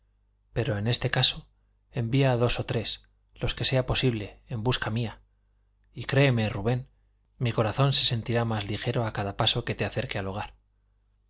pero en este caso envía dos o tres los que sea posible en busca mía y créeme rubén mi corazón se sentirá más ligero a cada paso que te acerque al hogar